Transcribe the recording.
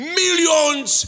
millions